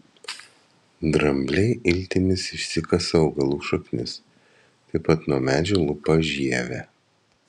drambliai iltimis išsikasa augalų šaknis taip pat nuo medžių lupa žievę